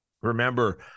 Remember